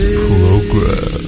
program